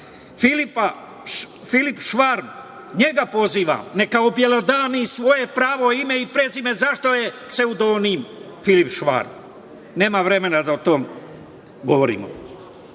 grane. Filip Švarm, njega pozivam, neka obelodani svoje pravo ime i prezime, zašto je pseudonim Filip Švarm? Nemam vremena da o tome govorimo. Dobila